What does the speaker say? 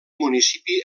municipi